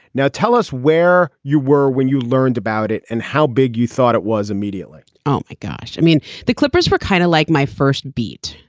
now tell us where you were when you learned about it and how big you thought it was immediately oh my gosh. i mean the clippers were kind of like my first beat.